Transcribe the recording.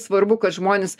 svarbu kad žmonės